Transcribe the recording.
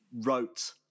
wrote